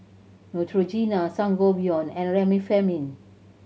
Neutrogena Sangobion and Remifemin